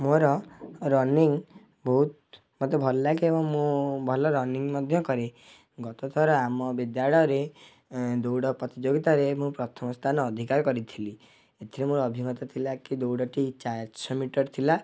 ମୋର ରନିଂ ବହୁତ ମୋତେ ଭଲଲାଗେ ଏବଂ ମୁଁ ଭଲ ରନିଂ ମଧ୍ୟ କରେ ଗତ ଥର ଆମ ବିଦ୍ୟାଳୟରେ ଦୌଡ଼ ପ୍ରତିଯୋଗିତାରେ ମୁଁ ପ୍ରଥମ ସ୍ଥାନ ଅଧିକାର କରିଥିଲି ଏଥିରେ ମୋର ଅଭିଜ୍ଞତା ଥିଲା କି ଦୌଡ଼ଟି ଚାରିଶହ ମିଟର ଥିଲା